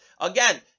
Again